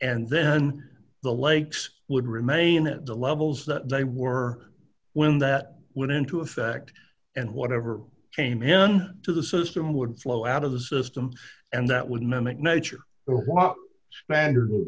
and then the lakes would remain at the levels that they were when that went into effect and whatever came in to the system would flow out of the system and that would mimic nature it was standard wit